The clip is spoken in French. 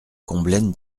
combelaine